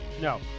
No